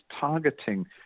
targeting